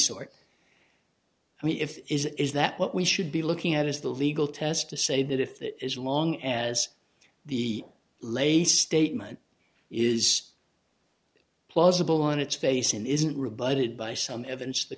sort i mean if is is that what we should be looking at is the legal test to say that if that as long as the latest statement is plausible on its face it isn't rebutted by some evidence to the